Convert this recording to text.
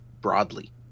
broadly